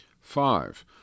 Five